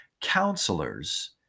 Counselors